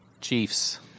Chiefs